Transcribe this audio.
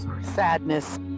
Sadness